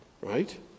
Right